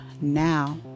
Now